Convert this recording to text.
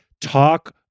Talk